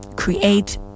create